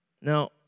Now